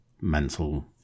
mental